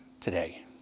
today